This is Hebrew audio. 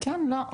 כן, לא.